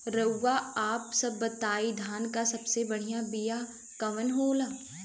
रउआ आप सब बताई धान क सबसे बढ़ियां बिया कवन होला?